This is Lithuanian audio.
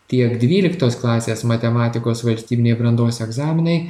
tiek dvyliktos klasės matematikos valstybiniai brandos egzaminai